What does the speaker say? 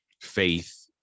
faith